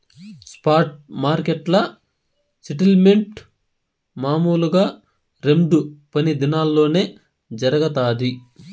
spot మార్కెట్ల settlement మామూలుగా రెండు పని దినాల్లోనే జరగతాది